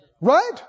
Right